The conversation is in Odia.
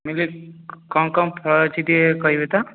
ମୁଁ କହିଲି କ'ଣ କ'ଣ ଫଳ ଅଛି ଟିକିଏ କହିବେ ତ